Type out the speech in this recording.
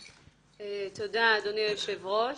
תודה, אדוני היושב-ראש.